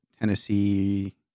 Tennessee